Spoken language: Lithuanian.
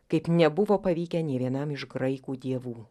kaip nebuvo pavykę nė vienam iš graikų dievų